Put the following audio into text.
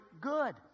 good